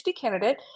candidate